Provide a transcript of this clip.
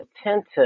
attentive